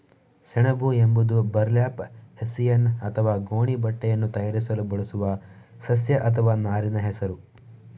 ಸೆಣಬು ಎಂಬುದು burlap, hessian ಅಥವಾ ಗೋಣಿ ಬಟ್ಟೆಯನ್ನು ತಯಾರಿಸಲು ಬಳಸುವ ಸಸ್ಯ ಅಥವಾ ನಾರಿನ ಹೆಸರು